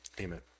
amen